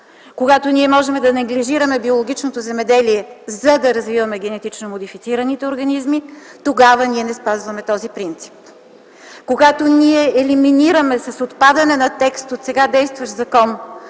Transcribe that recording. Когато ние можем да неглижираме биологичното земеделие, за да развиваме генетично модифицираните организми, тогава ние не спазваме този принцип. Когато ние елиминираме с отпадането на текст от сега действащ закон